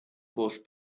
force